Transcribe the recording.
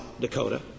Dakota